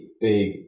big